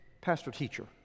pastor-teacher